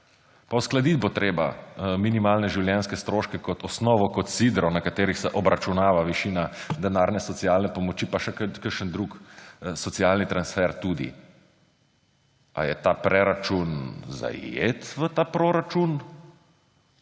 Pa uskladiti bo treba minimalne življenjske stroške kot osnovo, kot sidro, na katerem se obračunava višina denarne socialne pomoči pa še kakšen drug socialni transfer tudi. Ali je ta preračun zajet v ta proračun?